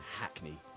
Hackney